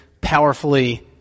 powerfully